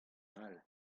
all